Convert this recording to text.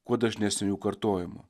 kuo dažnesnių jų kartojimų